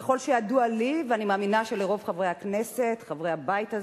ככל שידוע לי ואני מאמינה שלרוב חברי הכנסת חברי הבית,